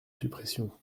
suppression